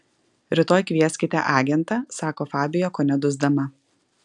rytoj kvieskite agentą sako fabija kone dusdama